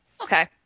Okay